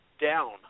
down